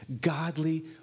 godly